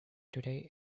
today